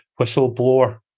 whistleblower